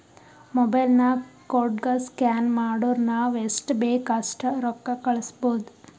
mobile ನಾಗ್ ಕೋಡ್ಗ scan ಮಾಡುರ್ ನಾವ್ ಎಸ್ಟ್ ಬೇಕ್ ಅಸ್ಟ್ ರೊಕ್ಕಾ ಕಳುಸ್ಬೋದ್